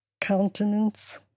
countenance